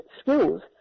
schools